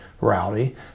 rowdy